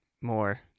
more